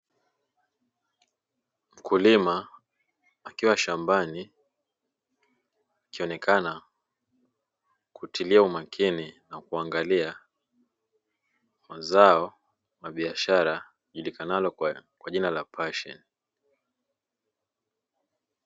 Mkulima akiwa shambani akionekana kutila umakini na kuangalia zao la biashara lijulikanaloo kwa jina la pasheni.